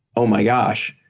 oh, my gosh.